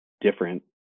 different